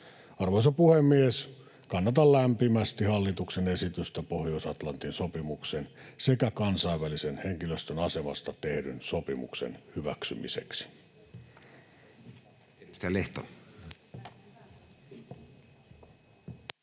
Arvoisa puhemies! Kannatan lämpimästi hallituksen esitystä Pohjois-Atlantin sopimuksen sekä kansainvälisen henkilöstön asemasta tehdyn sopimuksen hyväksymiseksi.